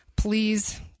Please